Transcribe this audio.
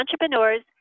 entrepreneurs